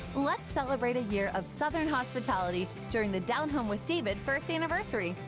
let's celebrate a year of southern hospitality, during the down home with david, first anniversary.